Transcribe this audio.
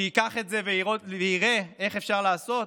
שייקח את זה ויראה מה אפשר לעשות.